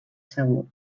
segur